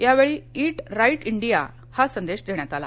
यावेळी eat right India हा संदेश देण्यात आला